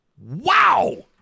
wow